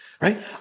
Right